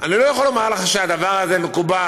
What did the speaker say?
לא יכול לומר לך שהדבר הזה מקובל.